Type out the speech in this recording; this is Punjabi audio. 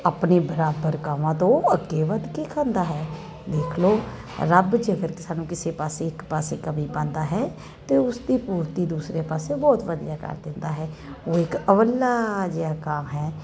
ਆਪਣੇ ਬਰਾਬਰ ਕਾਵਾਂ ਤੋਂ ਅੱਗੇ ਵਧ ਕੇ ਖਾਂਦਾ ਹੈ ਦੇਖ ਲਓ ਰੱਬ ਜੇਕਰ ਸਾਨੂੰ ਕਿਸੇ ਪਾਸੇ ਇੱਕ ਪਾਸੇ ਕਮੀ ਪਾਦਾਂ ਹੈ ਤੇ ਉਸਦੀ ਪੂਰਤੀ ਦੂਸਰੇ ਪਾਸੇ ਬਹੁਤ ਵਧੀਆ ਨਾਲ ਦਿੰਦਾ ਹੈ ਉਹ ਇੱਕ ਅਵੱਲਾ ਜਿਹਾ ਕਾਂ ਹੈ